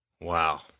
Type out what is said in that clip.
wow